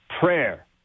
prayer